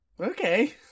Okay